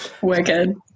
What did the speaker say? wicked